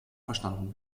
verstanden